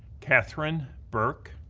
catherine burke,